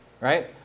Right